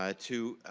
ah to